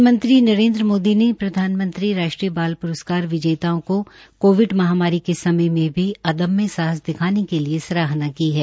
प्रधानमंत्री नरेन्द्र मोदी ने प्रधानमंत्री राष्ट्रीय बाल प्रस्कार विजेताओं को कोविड महामारी के समय में भी अदम्य साहस दिखाने के लिए सराहना की है